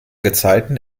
gezeiten